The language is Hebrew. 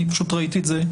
ראיתי את זה,